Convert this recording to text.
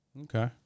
okay